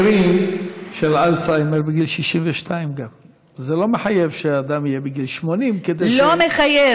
אני מכיר גם מקרים של אלצהיימר בגיל 62. זה לא מחייב שאדם יהיה בגיל 80. לא מחייב.